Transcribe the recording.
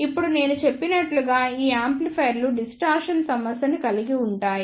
ఇప్పుడు నేను చెప్పినట్లుగా ఈ యాంప్లిఫైయర్లు డిస్టార్షన్ సమస్య ని కలిగి ఉంటాయి